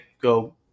go